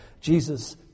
Jesus